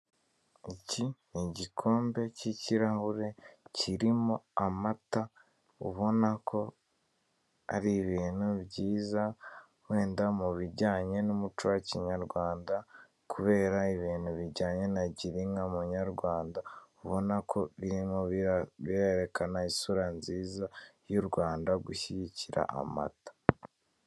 Iki ni igikombe cy'ikirahure kirimo amata, ubona ko ari ibintu byiza wenda mu bijyanye n'umuco wa kinyarwanda kubera ibintu bijyanye na ''girinka munyarwanda''; ubona ko birimo birerekana isura nziza y'u Rwanda, gushyigikira amata.